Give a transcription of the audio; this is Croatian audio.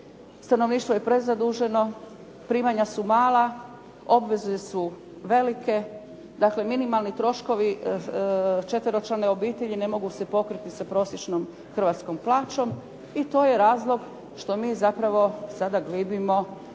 stanovništvo je prezaduženo, primanja su mala, obveze su velike. Dakle, minimalni troškovi četveročlane obitelji ne mogu se pokriti sa prosječnom hrvatskom plaćom i to je razlog što mi sada glibimo,